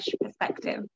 perspective